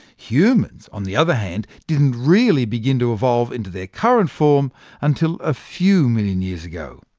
humans, on the other hand, didn't really begin to evolve into their current form until a few million years ago.